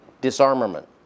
disarmament